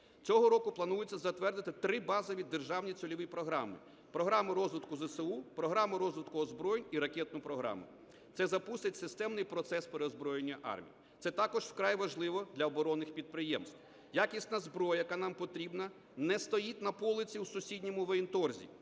Цього року планується затвердити три базові державні цільові програми: програму розвитку ЗСУ, програму розвитку озброєнь і ракетну програму. Це запустить системний процес переозброєння армії. Це також вкрай важливо для оборонних підприємств. Якісна зброя, яка нам потрібна, не стоїть на полиці у сусідньому воєнторзі,